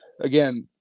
again